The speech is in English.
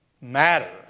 matter